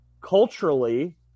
culturally